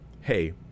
hey